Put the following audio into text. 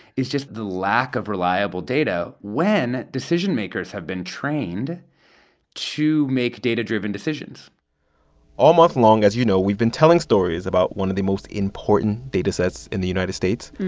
is just the lack of reliable data when decision makers have been trained to make data-driven decisions all month long, as you know, we've been telling stories about one of the most important datasets in the united states.